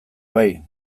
bai